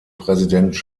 präsident